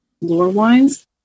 Lore-wise